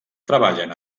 treballen